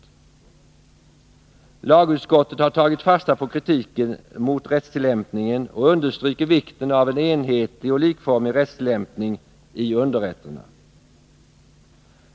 Justitieutskottet har tagit fasta på kritiken mot rättstillämpningen och understryker vikten av en enhetlig och likformig rättstillämpning i underrätterna.